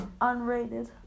Unrated